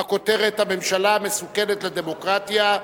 בכותרת: הממשלה מסוכנת לדמוקרטיה.